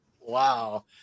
Wow